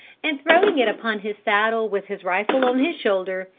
and throwing it upon his saddle with his rifle on his shoulder,